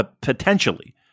potentially